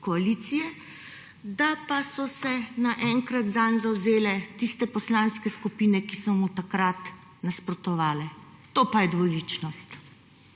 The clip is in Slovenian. koalicije, da pa so se naenkrat zanj zavzele tiste poslanske skupine, ki so mu takrat nasprotovale. To pa je dvoličnost.